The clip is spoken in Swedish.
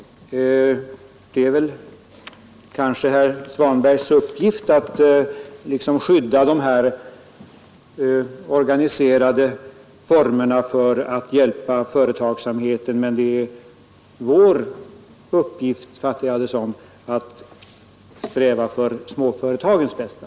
Det är kanske herr Svanbergs uppgift att liksom skydda de här organiserade institutionerna som skall hjälpa företagsamheten, men det är vår uppgift — så fattar jag det — att sträva för småföretagens bästa.